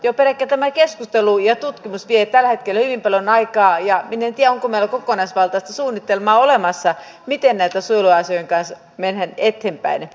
jo pelkkä keskustelu ja tutkimus vievät tällä hetkellä hyvin paljon aikaa ja minä en tiedä onko meillä kokonaisvaltaista suunnitelmaa olemassa miten näiden suojeluasioiden kanssa mennään eteenpäin